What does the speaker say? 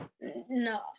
No